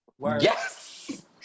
Yes